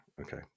okay